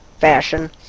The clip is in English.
fashion